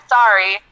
sorry